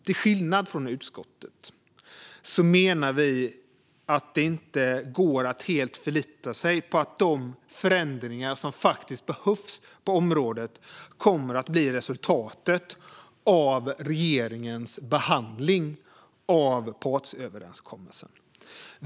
Till skillnad från utskottet menar vi dock att det inte går att helt förlita sig på att de förändringar som behövs på området kommer att bli resultatet av regeringens behandling av partsöverenskommelsen.